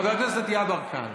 חבר הכנסת יברקן,